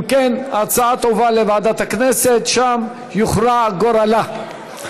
אם כן, ההצעה תועבר לוועדת הכנסת, שם יוכרע גורלה.